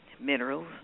minerals